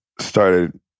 started